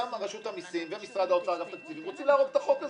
שגם רשות המסים ומשרד האוצר ואגף תקציבים רוצים להרוג את החוק הזה.